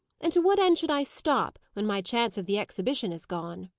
and to what end should i stop, when my chance of the exhibition is gone?